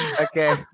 Okay